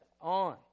on